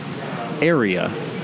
area